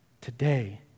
today